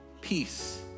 peace